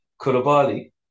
Kulabali